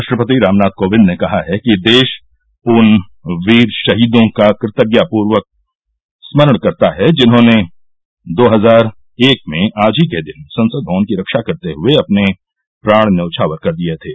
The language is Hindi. राष्ट्रपति रामनाथ कोविंद ने कहा है कि देश उन वीर शहीदों का कृतज्ञतापूर्वक स्मरण करता है जिन्होंने दो हजार एक में आज ही के दिन संसद भवन की रक्षा करते हुए अपने प्राण न्यौछावर कर दिये थे